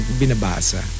binabasa